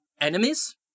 enemies